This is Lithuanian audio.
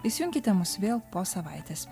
įsijunkite mus vėl po savaitės